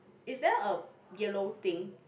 is there a yellow thing